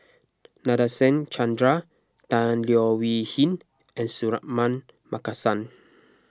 Nadasen Chandra Tan Leo Wee Hin and Suratman Markasan